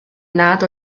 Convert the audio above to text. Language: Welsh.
nad